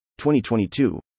2022